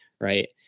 right